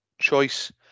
choice